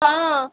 ହଁ